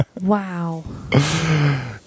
Wow